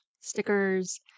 stickers